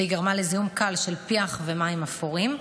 והיא גרמה לזיהום קל של פיח ומים אפורים.